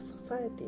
society